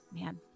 man